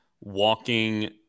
walking